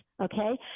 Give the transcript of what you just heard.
Okay